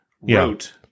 wrote